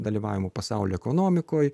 dalyvavimo pasaulio ekonomikoje